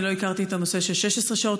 אני לא הכרתי את הנושא של 16 השעות,